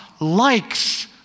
likes